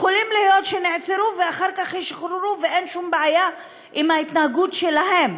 כשיכול להיות שנעצרו ואחר כך ישוחררו ואין שום בעיה עם ההתנהגות שלהם,